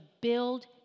build